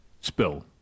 Spill